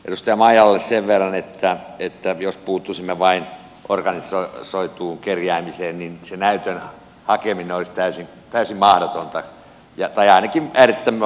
edustaja maijalalle sen verran että jos puuttuisimme vain organisoituun kerjäämiseen niin se näytön hakeminen olisi täysin mahdotonta tai ainakin äärettömän vaikeata